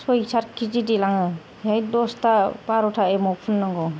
सय सात केजि देलाङो बेहाय दसथा बार'था एमाव फुननांगौ